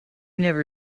never